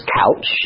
couch